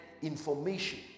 information